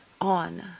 on